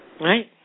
Right